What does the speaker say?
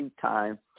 time